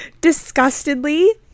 Disgustedly